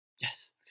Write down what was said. Yes